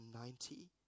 ninety